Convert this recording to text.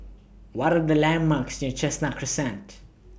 What Are The landmarks near Chestnut Crescent